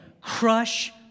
crush